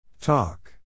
Talk